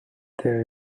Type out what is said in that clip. there